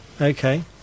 Okay